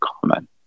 common